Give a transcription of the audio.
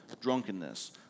drunkenness